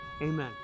amen